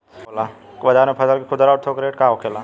बाजार में फसल के खुदरा और थोक रेट का होखेला?